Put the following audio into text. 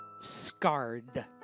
scarred